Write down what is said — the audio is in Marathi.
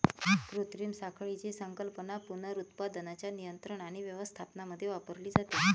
कृत्रिम साखळीची संकल्पना पुनरुत्पादनाच्या नियंत्रण आणि व्यवस्थापनामध्ये वापरली जाते